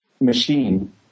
machine